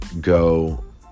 go